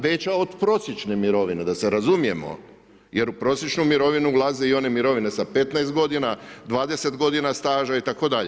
Veća od prosječne mirovine da se razumijemo, jer u prosječnu mirovinu ulaze i one mirovine sa 15 godina, 20 godina staža itd.